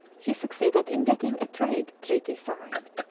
he succeeded in getting a trade treaty signed,